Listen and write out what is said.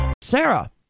Sarah